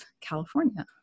california